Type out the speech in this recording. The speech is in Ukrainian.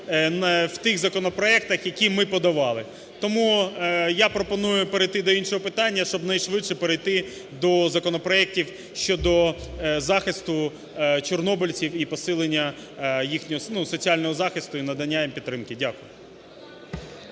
в тих законопроектах, які ми подавали. Тому я пропоную перейти до іншого питання, щоб найшвидше перейти до законопроектів щодо захисту чорнобильців і посилення їхнього, ну, соціального захисту і надання їм підтримки. Дякую.